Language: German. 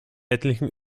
etlichen